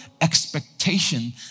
expectation